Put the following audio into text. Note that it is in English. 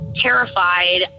Terrified